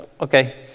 okay